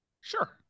Sure